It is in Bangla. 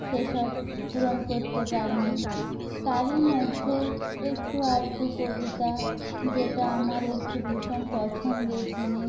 সে সব পূরণ করতে পারিনি তারই মধ্যে একটু আধটু কবিতা যেটা আমার একটু ভীষণ পছন্দের জিনিস